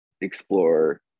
explore